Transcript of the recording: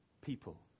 people